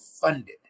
funded